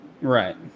Right